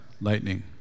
lightning